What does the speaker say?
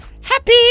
happy